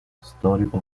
storico